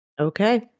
Okay